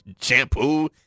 shampoo